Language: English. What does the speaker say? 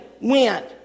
went